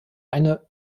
eine